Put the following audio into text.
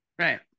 right